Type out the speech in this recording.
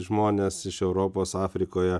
žmones iš europos afrikoje